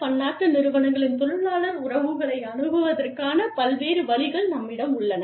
பன்னாட்டு நிறுவனங்களின் தொழிலாளர் உறவுகளை அணுகுவதற்கான பல்வேறு வழிகள் நம்மிடம் உள்ளன